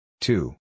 Two